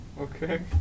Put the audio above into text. Okay